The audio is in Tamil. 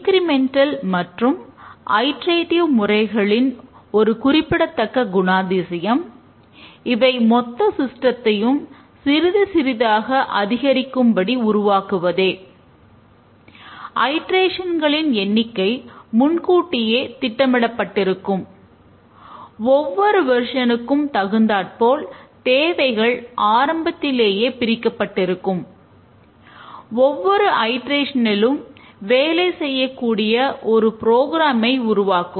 இன்கிரிமெண்டல் உருவாக்கும்